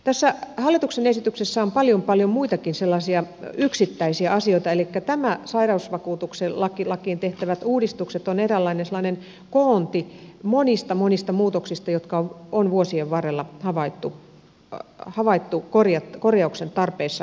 tässä hallituksen esityksessä on paljon paljon muitakin sellaisia yksittäisiä asioita elikkä nämä sairausvakuutuslakiin tehtävät uudistukset ovat eräänlainen koonti monista monista muutoksista jotka on vuosien varrella havaittu korjauksen tarpeessa oleviksi